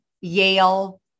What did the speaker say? Yale